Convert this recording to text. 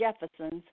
Jefferson's